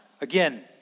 again